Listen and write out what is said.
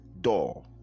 door